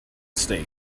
state